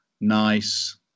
nice